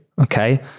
okay